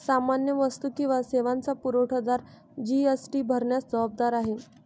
सामान्य वस्तू किंवा सेवांचा पुरवठादार जी.एस.टी भरण्यास जबाबदार आहे